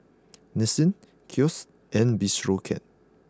Nissin Kose and Bistro Cat